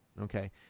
Okay